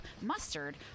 mustard